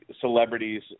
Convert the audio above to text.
celebrities